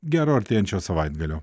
gero artėjančio savaitgalio